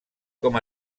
com